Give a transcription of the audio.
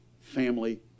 family